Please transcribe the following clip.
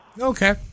Okay